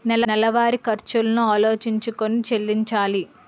నెలవారి ఖర్చులను ఆలోచించుకొని చెల్లించాలి